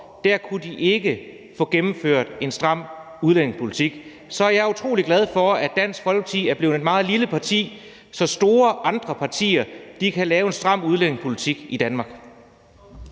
kunne de ikke få gennemført en stram udlændingepolitik. Så er jeg utrolig glad for, at Dansk Folkeparti er blevet et meget lille parti, så andre store partier kan lave en stram udlændingepolitik i Danmark.